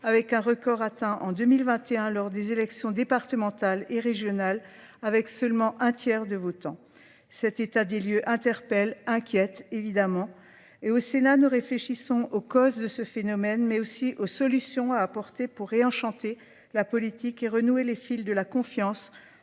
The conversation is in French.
avec un record atteint en 2021 lors des élections départementales et régionales, avec seulement un tiers de votants. Cet état des lieux interpelle, inquiète, évidemment, et au Sénat, nous réfléchissons aux causes de ce phénomène, mais aussi aux solutions à apporter pour réenchanter la politique et renouer les fils de la confiance